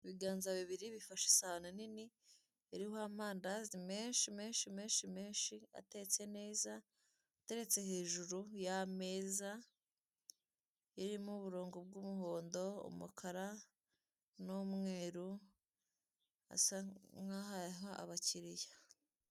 Ibiganza bibiri bifashe isahani nini iriho amandazi menshi menshi menshi menshi atetse neza, ateretse hejuru yameza irimo uburongo bw'umuhondo, umukara n'umweru asa nk'aho ayaha abakiriya.